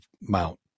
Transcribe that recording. mount